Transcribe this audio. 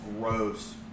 gross